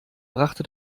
brachte